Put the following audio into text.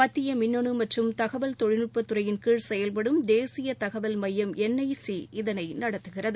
மத்திய மின்னணு மற்றும் தகவல் தொழில்நுட்ப துறையின் கீழ் செயல்படும் தேசிய தகவல் மையம் என் ஐ சி இதனை நடத்துகிறது